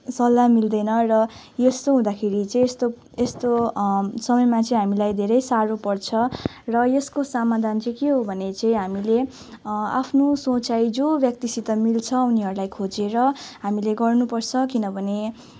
सल्लाह मिल्दैन र यस्तो हुँदाखेरि चाहिँ यस्तो यस्तो समयमा चाहिँ हामीलाई धेरै साह्रो पर्छ र यसको समाधान के हो भने चाहिँ हामीले आफ्नो सोचाइ जो व्यक्तिसित मिल्छ उनीहरूलाई खोजेर हामीले गर्नु पर्छ किनभने